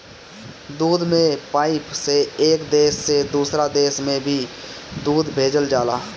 दूध के पाइप से एक देश से दोसर देश में भी दूध भेजल जाला